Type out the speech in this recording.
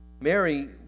Mary